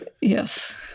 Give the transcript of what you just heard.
yes